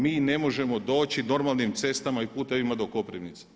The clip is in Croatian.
Mi ne možemo doći normalnim cestama i putevima do Koprivnice.